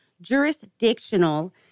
jurisdictional